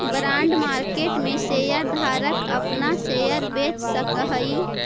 bond market में share धारक अपना शेयर बेच सकऽ हई